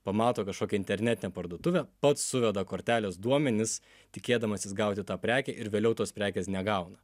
pamato kažkokią internetinę parduotuvę pats suveda kortelės duomenis tikėdamasis gauti tą prekę ir vėliau tos prekės negauna